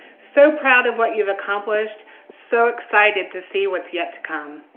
so proud of what you've accomplished, so excited to see what's yet to come!